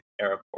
airport